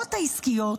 החברות העסקיות,